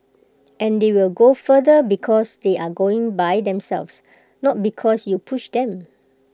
and they will go further because they are going by themselves not because you pushed them